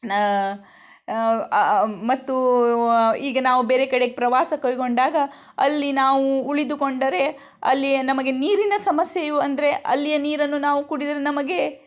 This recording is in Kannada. ಮತ್ತು ಈಗ ನಾವು ಬೇರೆ ಕಡೆ ಪ್ರವಾಸ ಕೈಗೊಂಡಾಗ ಅಲ್ಲಿ ನಾವು ಉಳಿದುಕೊಂಡರೆ ಅಲ್ಲಿ ನಮಗೆ ನೀರಿನ ಸಮಸ್ಯೆಯು ಅಂದರೆ ಅಲ್ಲಿಯ ನೀರನ್ನು ನಾವು ಕುಡಿದು ನಮಗೆ